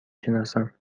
شناسم